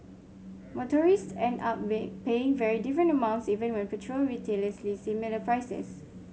motorist end up paying very different amounts even when petrol retailers list similar prices